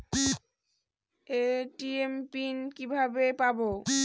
ATM pin কিভাবে পাবো?